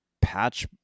Patch